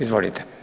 Izvolite.